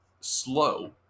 slow